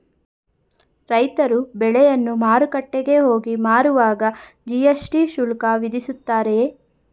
ರೈತರು ಬೆಳೆಯನ್ನು ಮಾರುಕಟ್ಟೆಗೆ ಹೋಗಿ ಮಾರುವಾಗ ಜಿ.ಎಸ್.ಟಿ ಶುಲ್ಕ ವಿಧಿಸುತ್ತಾರೆಯೇ?